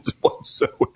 whatsoever